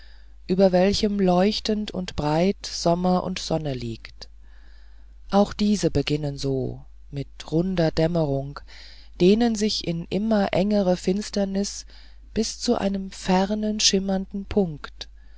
über welchem leuchtend und breit sommer und sonne liegt auch diese beginnen so mit runder dämmerung dehnen sich in immer engerer finsternis bis zu einem fernen schimmernden punkt